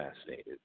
fascinated